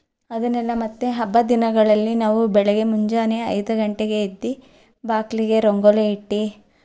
ಅದನ್ನೆಲ್ಲ ಮತ್ತೆ ಹಬ್ಬ ದಿನಗಳಲ್ಲಿ ನಾವು ಬೆಳಗ್ಗೆ ಮುಂಜಾನೆ ಐದು ಗಂಟೆಗೆ ಎದ್ದು ಬಾಗ್ಲಿಗೆ ರಂಗೋಲಿ ಇಟ್ಟು